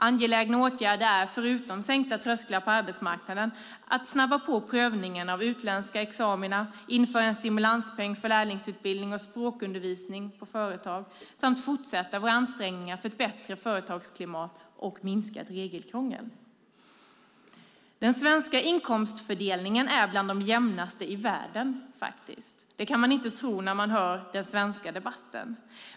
Angelägna åtgärder är, förutom sänkta trösklar in på arbetsmarknaden, att snabba på prövningen av utländska examina, införa en stimulanspeng för lärlingsutbildning och språkundervisning på företag samt fortsätta våra ansträngningar för ett bättre företagsklimat och minskat regelkrångel. Den svenska inkomstfördelningen är bland de jämnaste i världen. Det kan man inte tro när man hör den svenska debatten.